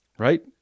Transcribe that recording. Right